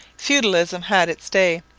feudalism had its day,